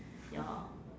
ya